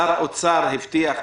שר האוצר הבטיח בשיחה,